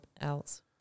else